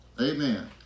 Amen